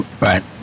Right